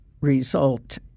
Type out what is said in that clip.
result